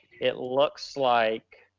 it looks like,